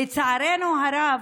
לצערנו הרב,